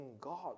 God